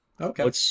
okay